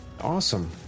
Awesome